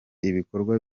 ibikorwa